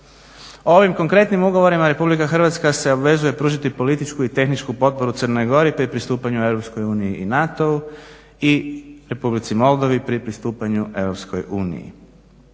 Ovim konkretnim ugovorima RH se obvezuje pružiti političku i tehničku potporu Crnoj Gori pri pristupanju EU i NATO-u i Republici Moldovi pri pristupanju EU.